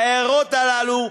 ההערות הללו,